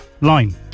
line